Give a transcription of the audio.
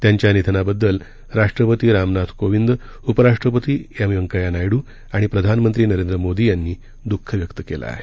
त्यांच्या निधनाबद्दल राष्ट्रपती रामनाथ कोविंद उपराष्ट्रपती एम व्यक्छ्या नायडू आणि प्रधानमंत्री नरेंद्र मोदी यांनी दुःख व्यक्त केलं आहे